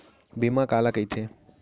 बीमा काला कइथे?